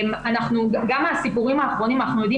גם מהסיפורים האחרונים אנחנו יודעים